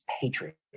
Patriot